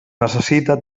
necessita